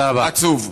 עצוב.